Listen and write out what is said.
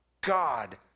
god